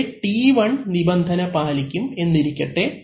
ഇവിടെ T1 നിബന്ധന പാലിക്കും എന്നിരിക്കട്ടെ